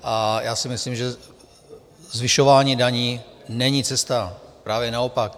A já si myslím, že zvyšování daní není cesta, právě naopak.